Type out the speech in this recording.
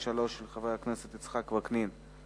התחבורה והבטיחות בדרכים ביום כ"ז בטבת התש"ע (13 בינואר 2010):